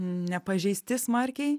nepažeisti smarkiai